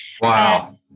wow